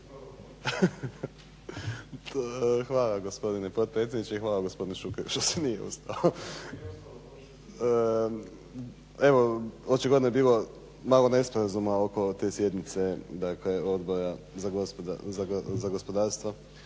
Hvala gospodine potpredsjedniče i hvala gospodinu Šukeru što nije ustao. Evo očigledno je bilo malo nesporazuma oko te sjednice dakle Odbora za gospodarstvo